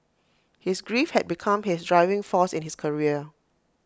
his grief had become his driving force in his career